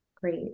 Great